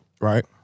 Right